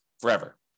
forever